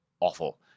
awful